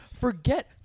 forget